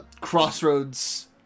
Crossroads